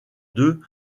deux